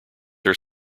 are